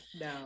no